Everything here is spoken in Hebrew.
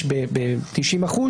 אני לא צריך לעמוד ולהצהיר.